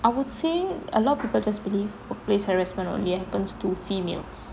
I would say a lot of people just believe workplace harassment only happens to females